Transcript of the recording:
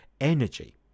energy